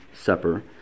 supper